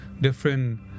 Different